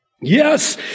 Yes